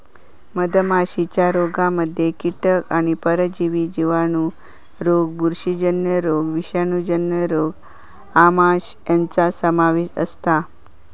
मधमाशीच्या रोगांमध्ये कीटक आणि परजीवी जिवाणू रोग बुरशीजन्य रोग विषाणूजन्य रोग आमांश यांचो समावेश असता